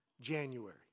January